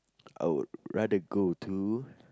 I would rather go to